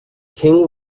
king